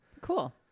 cool